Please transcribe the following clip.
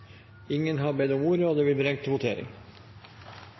Ingen har bedt om ordet. Under debatten er det